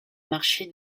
marché